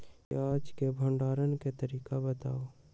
प्याज के भंडारण के तरीका बताऊ?